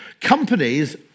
Companies